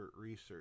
research